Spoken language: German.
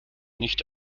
nicht